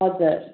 हजुर